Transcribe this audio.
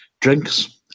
drinks